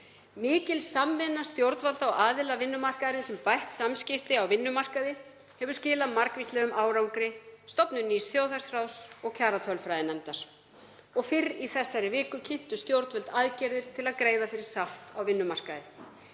Mikil samvinna stjórnvalda og aðila vinnumarkaðarins um bætt samskipti á vinnumarkaði hefur skilað margvíslegum árangri, stofnun nýs þjóðhagsráðs og kjaratölfræðinefndar. Fyrr í þessari viku kynntu stjórnvöld aðgerðir til að greiða fyrir sátt á vinnumarkaði.